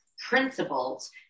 principles